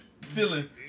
feeling